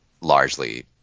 largely